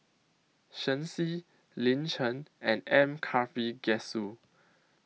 Shen Xi Lin Chen and M Karthigesu